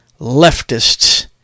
leftists